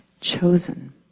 chosen